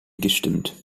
gestimmt